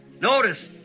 notice